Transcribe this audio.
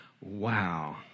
Wow